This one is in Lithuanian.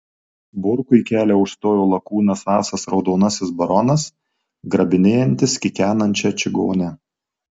burkui kelią užstojo lakūnas asas raudonasis baronas grabinėjantis kikenančią čigonę